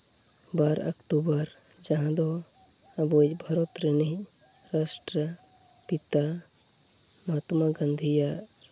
ᱵᱟᱨ October ᱡᱟᱦᱟᱸ ᱫᱚ ᱟᱵᱚᱭᱤᱡ ᱵᱷᱟᱨᱚᱛ ᱨᱮᱱᱤᱡ ᱨᱟᱥᱴᱨᱚ ᱯᱤᱛᱟ ᱢᱚᱦᱟᱛᱢᱟ ᱜᱟᱱᱫᱷᱤᱭᱟᱜ